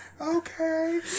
Okay